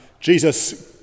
Jesus